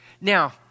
Now